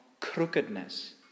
crookedness